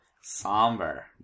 Somber